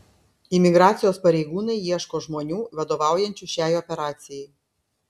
imigracijos pareigūnai ieško žmonių vadovaujančių šiai operacijai